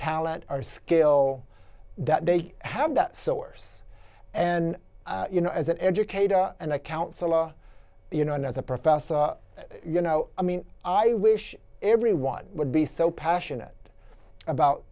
talent or skill that they have that source and you know as an educator and a counselor you know as a professor you know i mean i wish everyone would be so passionate about